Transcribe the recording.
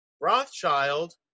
Rothschild